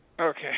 Okay